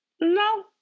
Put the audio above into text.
No